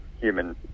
human